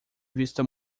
vista